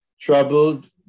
troubled